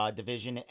division